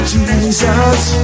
Jesus